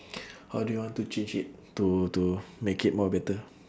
how do you want to change it to to make it more better